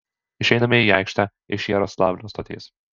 išeiname į aikštę iš jaroslavlio stoties